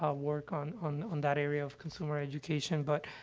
ah work on on on that area of consumer education. but,